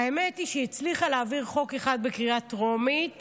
האמת היא שהיא הצליחה להעביר חוק אחד בקריאה טרומית,